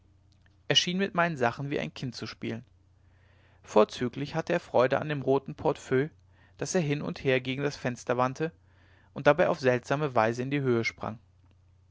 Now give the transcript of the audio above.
schien mit meinen sachen wie ein kind zu spielen vorzüglich hatte er freude an dem roten portefeuille das er hin und her gegen das fenster wandte und dabei auf seltsame weise in die höhe sprang